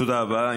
תודה רבה.